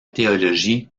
théologie